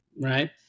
Right